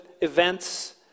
events